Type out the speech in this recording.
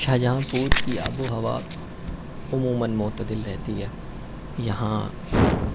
شاہجہاں پور کی آب و ہوا عموماََ معتدل رہتی ہے یہاں